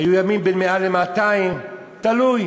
היו ימים בין 100 ל-200, תלוי